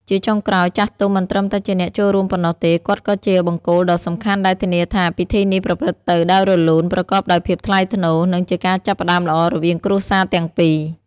ជាចុងក្រោយ ចាស់ទុំមិនត្រឹមតែជាអ្នកចូលរួមប៉ុណ្ណោះទេ គាត់ក៏ជាបង្គោលដ៏សំខាន់ដែលធានាថា ពិធីនេះប្រព្រឹត្តទៅដោយរលូន ប្រកបដោយភាពថ្លៃថ្នូរ និងជាការចាប់ផ្ដើមល្អរវាងគ្រួសារទាំងពីរ។